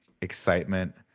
excitement